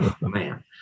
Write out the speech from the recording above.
Man